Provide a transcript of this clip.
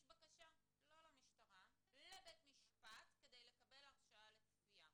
בקשה לא למשטרה אלא לבית המשפט על מנת לקבל הרשאה לצפייה.